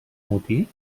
motí